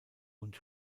und